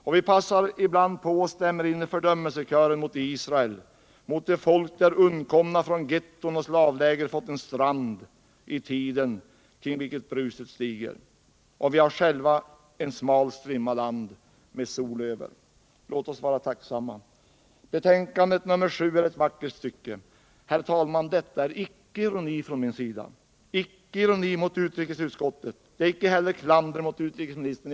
Och vi passar på ibland och stämmer in i fördömelsekören mot Israel, mot det land där undkomna från ghetton och slavläger fått en strand i tiden kring vilken bruset stiger. Vi har själva en smal strimma land med sol över. Låt oss vara tacksamma. Betänkandet nr 7 är ett vackert stycke. Herr talman! Detta är icke ironi från min sida, icke ironi mot utrikesutskottet. Det är icke heller klander mot utrikesministern.